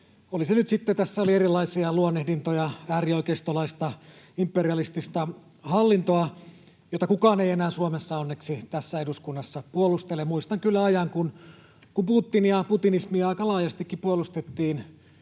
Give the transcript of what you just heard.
tässä oli erilaisia luonnehdintoja, äärioikeistolainen tai imperialistinen hallinto — hallintoa. Sitä kukaan ei enää onneksi tässä eduskunnassa Suomessa puolustele. Muistan kyllä ajan, kun Putinia, putinismia aika laajastikin puolustettiin